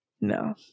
no